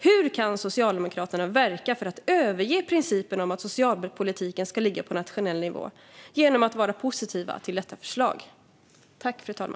Hur kan Socialdemokraterna vara positiva till detta förslag och därigenom verka för att överge principen om att socialpolitiken ska ligga på nationell nivå?